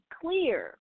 clear